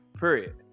period